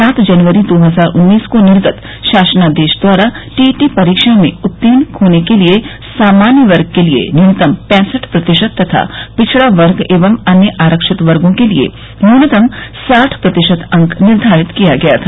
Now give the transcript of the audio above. सात जनवरी दो हजार उन्नीस को निर्गत शासनादेश द्वारा टीईटी परीक्षा में उत्तीर्ण होने के लिये सामान्य वर्ग के लिये न्यूनतम पँसठ प्रतिशत तथा पिछड़ा वर्ग एवं अन्य आरक्षित वर्गो के लिये न्यूनतम साठ प्रतिशत अंक निर्धारित किया गया था